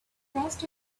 trust